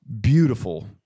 beautiful